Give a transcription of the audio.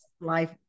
Life